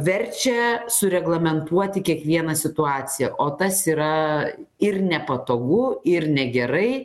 verčia sureglamentuoti kiekvieną situaciją o tas yra ir nepatogu ir negerai